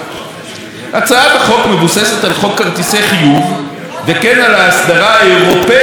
הצעת החוק מבוססת על חוק כרטיסי חיוב וכן על האסדרה האירופית בנושא,